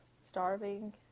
starving